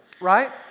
Right